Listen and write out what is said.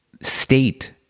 state